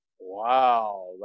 wow